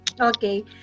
Okay